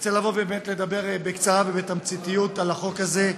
רוצה באמת לדבר בקצרה ובתמציתיות על החוק הזה,